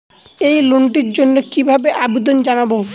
এই লোনটির জন্য কিভাবে আবেদন জানাবো?